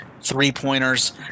three-pointers